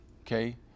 Okay